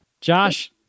Josh